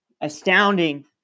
astounding